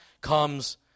comes